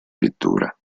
pittura